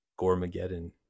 Gormageddon